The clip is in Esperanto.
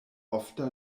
ofta